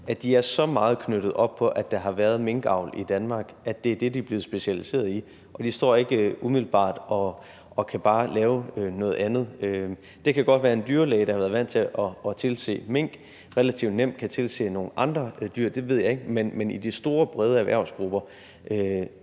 at de er så meget knyttet op på, at der har været minkavl i Danmark, at det er det, de er blevet specialiseret i, og de står ikke umiddelbart og bare kan lave noget andet. Det kan godt være, at en dyrlæge, der har været vant til at tilse mink, relativt nemt kan tilse nogle andre dyr – det ved jeg ikke – men i de store brede erhvervsgrupper,